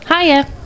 Hiya